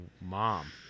mom